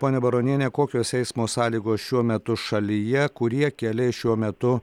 ponia baroniene kokios eismo sąlygos šiuo metu šalyje kurie keliai šiuo metu